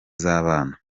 z’abana